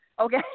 okay